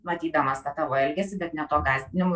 matydamas tą tavo elgesį bet ne tuo gąsdinimu